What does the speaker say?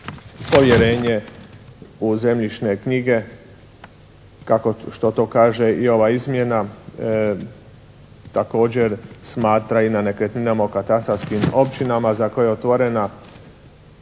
povjerenje u zemljišne knjige kako što to kaže i ova izmjena također smatra i na nekretninama o katastarskim općinama za koje je otvorena